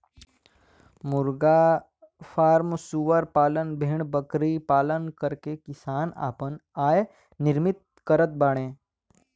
मुर्गी फ्राम सूअर पालन भेड़बकरी पालन करके किसान आपन आय निर्मित करत बाडे